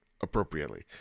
appropriately